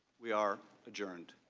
we are adjourned.